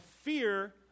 fear